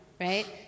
right